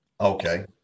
Okay